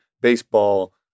baseball